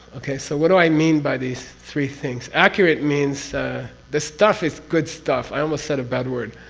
okay? so what do i mean by these three things? accurate means the stuff is good stuff. i almost said a bad word.